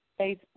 Facebook